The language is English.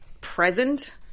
present